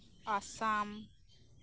Assam